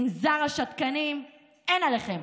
מנזר השתקנים, אין עליכם.